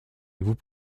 vous